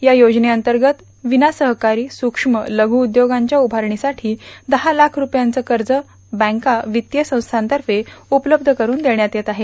या योजनेतंर्गत विनासहकारी सुक्ष्म लघु उद्योगांच्या उभारणीसाठी दहा लाख रूपयांचं कर्ज बँका वित्तीय संस्थार्फे उपलब्ध करून देण्यात येत आहे